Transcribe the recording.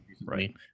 right